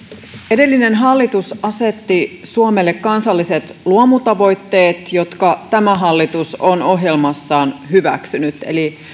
edellinen hallitus asetti suomelle kansalliset luomutavoitteet jotka tämä hallitus on ohjelmassaan hyväksynyt eli